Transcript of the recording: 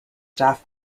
staff